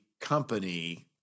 company